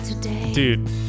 Dude